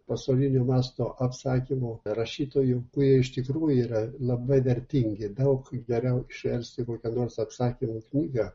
pasaulinio masto apsakymų rašytojų kurie iš tikrųjų yra labai vertingi daug geriau išversti kokią nors apsakymų knygą